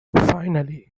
finally